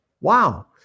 Wow